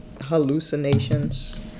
hallucinations